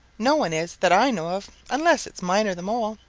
no one is that i know of, unless it is miner the mole.